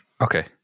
Okay